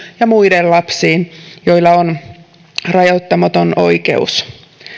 ja muiden lapsiin joilla on rajoittamaton oikeus